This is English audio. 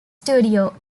studio